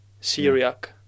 Syriac